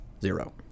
zero